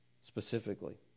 specifically